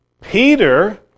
Peter